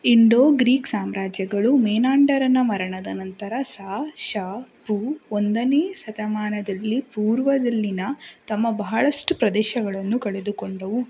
Indo Greek ಸಾಮ್ರಾಜ್ಯಗಳು ಮೇನಾಂಡರನ ಮರಣದ ನಂತರ ಸಾ ಶ ಪೂ ಒಂದನೇ ಶತಮಾನದಲ್ಲಿ ಪೂರ್ವದಲ್ಲಿನ ತಮ್ಮ ಬಹಳಷ್ಟು ಪ್ರದೇಶಗಳನ್ನು ಕಳೆದುಕೊಂಡವು